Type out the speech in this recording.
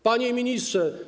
Panie Ministrze!